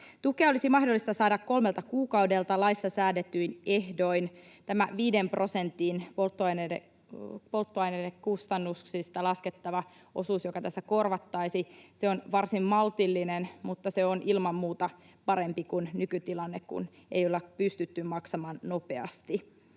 Tukea olisi mahdollista saada kolmelta kuukaudelta laissa säädetyin ehdoin. Tämä viiden prosentin polttoaineiden kustannuksista laskettava osuus, joka tässä korvattaisiin, on varsin maltillinen, mutta se on ilman muuta parempi kuin nykytilanne, kun ei olla pystytty maksamaan nopeasti.